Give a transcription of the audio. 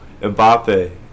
Mbappe